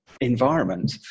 environment